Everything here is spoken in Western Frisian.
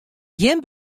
gjin